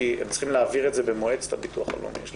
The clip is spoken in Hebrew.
כי הם צריכים להעביר את זה במועצת הביטוח הלאומי.